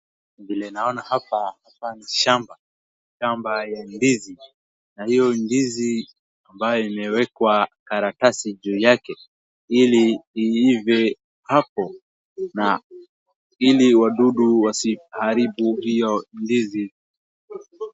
Vile naona hapa, hapa ni shamba ya ndizi na hiyo ndizi ambayo imewekwa karatasi juu yake ili iive hapo na ili wadudu wasiharibu hiyo ndizi.